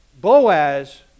boaz